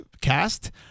cast